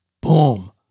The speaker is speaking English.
Boom